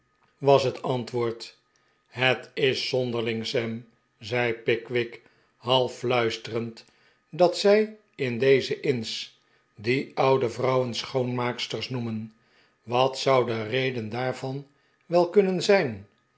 was het antwoord het is zonderling sam zei pickwick half fluisterend dat zij in deze inns die oude vrouwen schooiimaaksters noemen wat zou de reden daarvan wel kunnen zijn